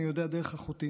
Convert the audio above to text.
אני יודע דרך אחותי.